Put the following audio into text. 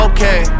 Okay